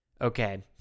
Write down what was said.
Okay